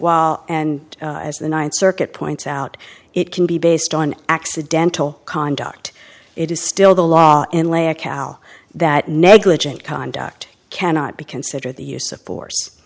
while and as the ninth circuit points out it can be based on accidental conduct it is still the law and lay a cow that negligent conduct cannot be considered the use of force